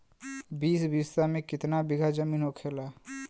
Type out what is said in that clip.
बीस बिस्सा में कितना बिघा जमीन होखेला?